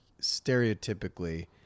stereotypically